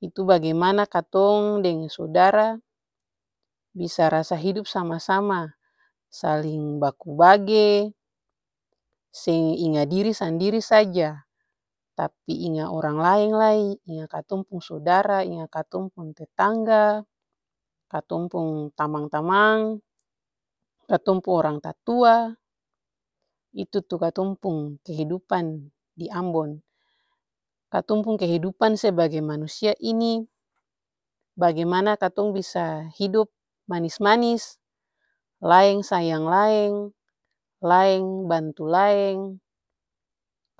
Itu bagimana katong deng sudara bisa rasa hidup sama-sama, saling baku bage seng inga diri sandiri saja, tapi inga orang laeng lai, inga katong pung sudara, inga katong pung tetangga, katong pung tamang-tamang, katong pung orang tatua itu-tuh katong pung kehidupan di ambon. Katong pung kehidupan sebagai manusia ini bagimana katong bisa hidup manis-manis, laeng sayang laeng, laeng bantu laeng.